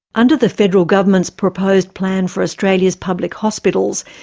under the federal government's proposed plan for australia's public hospitals,